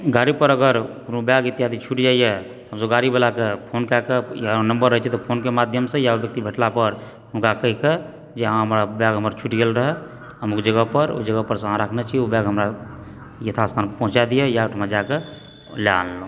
गाड़ी पर अगर कोनो बैग इत्यादि छुटि जाइए हमसब गाड़ीवलाके फओ फोन कए कऽ फोन नम्बर रहए छै तऽ फोनके माध्यमसँ या व्यक्ति भेटला पर हुनका कहि कऽ जे अहाँ हमर बैग हमर छुटि गेल रहए हम ओ जगह पर ओ जगह पर अहाँ राखने छी ओ बैग हमरा यथास्थान पर पहुँचा दिअ या ओहिठमा जाए कऽ लए अनलहुँ